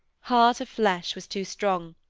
heart of flesh was too strong.